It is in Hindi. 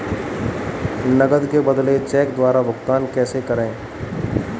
नकद के बदले चेक द्वारा भुगतान कैसे करें?